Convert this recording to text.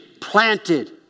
planted